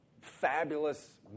fabulous